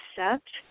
accept